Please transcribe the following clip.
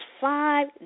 five